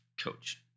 coach